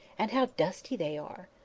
and how dusty they are!